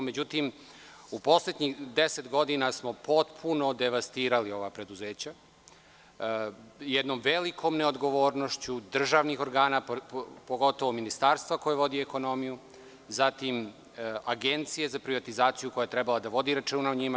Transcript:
Međutim u poslednjih deset godina smo potpuno devastirali ova preduzeća, jednom velikom neodgovornošću državnih organa, pogotovo ministarstva koje vodi ekonomiju, zatim, Agencije za privatizaciju koja je trebalo da vodi računa o njima.